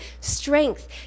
strength